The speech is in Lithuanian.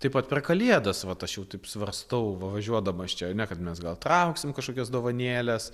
taip pat per kalėdas vat aš jau taip svarstau važiuodamas čia ne kad mes gal trauksim kažkokias dovanėles